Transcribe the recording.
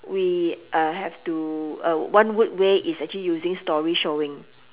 we uh have to uh one good way is actually using story showing